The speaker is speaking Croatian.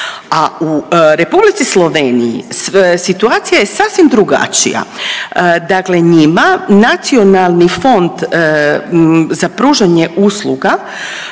A u Republici Sloveniji situacija je sasvim drugačija. Dakle, njima nacionalni fond za pružanje usluga